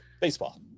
Baseball